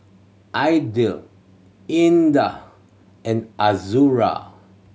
Aidil Indah and Azura